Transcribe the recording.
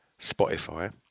Spotify